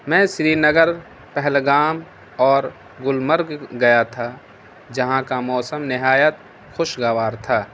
میں سری نگر پہلگام اور گللمرگ گیا تھا جہاں کا موسم نہایت خوشگوار تھا